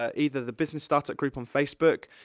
ah either the business startup group on facebook,